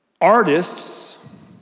artists